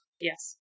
Yes